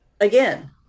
again